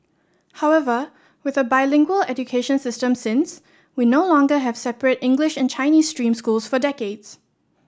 however with a bilingual education system since we no longer have separate English and Chinese stream schools for decades